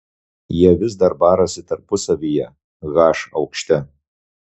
jie vis dar barasi tarpusavyje h aukšte